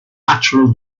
natural